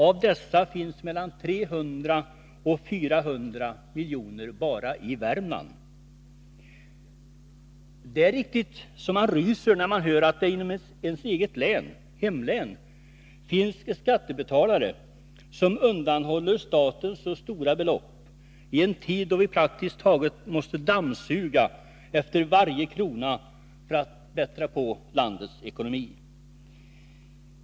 Av dessa finns bara i Värmland 300-400 milj.kr. Det är så att man riktigt ryser när man hör att det inom ens eget hemlän finns skattebetalare som undanhåller staten så stora belopp i en tid då vi praktiskt taget måste dammsuga efter varje krona för att bättra på landets ekonomi.